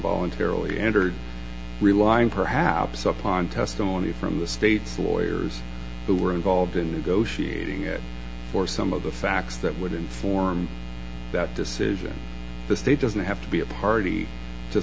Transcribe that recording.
voluntarily entered relying perhaps upon testimony from the state's lawyers who were involved in the goetia or some of the facts that would inform that decision the state doesn't have to be a party to